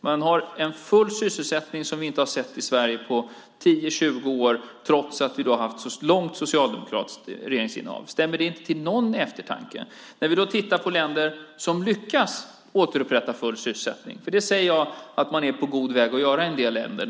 Vi har en full sysselsättning som vi inte har sett i Sverige på 10-20 år trots att vi har haft ett långt socialdemokratiskt regeringsinnehav. Stämmer det inte till någon eftertanke? Det finns länder som lyckas återupprätta full sysselsättning - för det säger jag att man är på god väg att göra i en del länder.